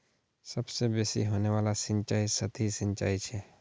सबसे बेसि होने वाला सिंचाई सतही सिंचाई छ